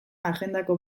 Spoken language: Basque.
agendako